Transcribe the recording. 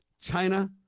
China